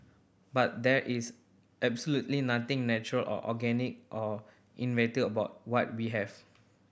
but there is absolutely nothing natural or organic or inevitable about what we have